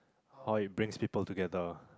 how it brings people together